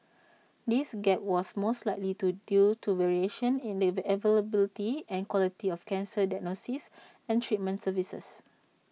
this gap was most likely to due to variations in the availability and quality of cancer diagnosis and treatment services